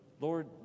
Lord